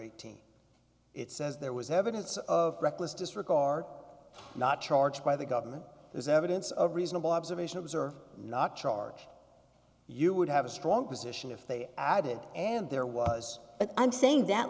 eighteen it says there was evidence of reckless disregard not charged by the government as evidence of reasonable observation observed not charge you would have a strong position if they added and there was but i'm saying that